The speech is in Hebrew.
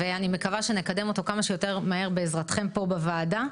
ואני מקווה שנקדם אותו כמה שיותר מהר בעזרתכם פה בוועדה.